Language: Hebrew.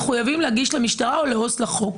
מחויבים להגיש למשטרה או לעו"ס לחוק.